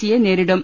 C യെ നേരിടും